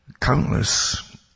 countless